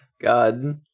god